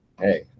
Hey